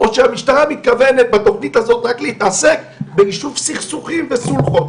או שהמשטרה מתכוונת בתוכנית הזאת רק להתעסק ביישוב סכסוכים וסולחות?